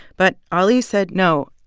but ali said, no,